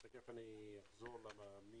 גם הוא